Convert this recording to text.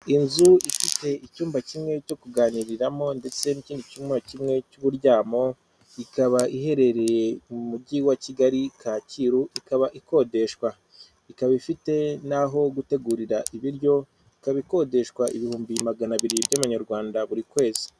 Inzu ifite icyumba kimwe cyo kuganiriramo ndetse n'ikindi cyumba kimwe cy'uburyamo; ikaba iherereye mu mujyi wa Kigali Kacyiru. ikaba ikodeshwa. Ikaba ifite n'aho gutegurira ibiryo, ikabikodeshwa ibihumbi magana abiri by'amanyarwanda buri kwezi.